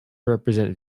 represent